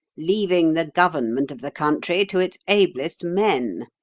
leaving the government of the country to its ablest men.